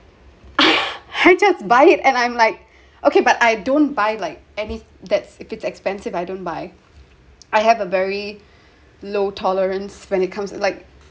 and I'm like okay but I don't buy like any that's if it's expensive I don't buy I have a very low tolerance when it comes to like